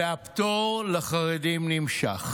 והפטור לחרדים נמשך.